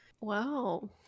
Wow